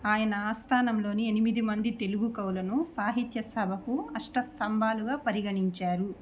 ఆయన ఆస్థానంలోని ఎనిమిది మంది తెలుగు కవులను సాహిత్య సభకు అష్ట స్తంభాలుగా పరిగణించారు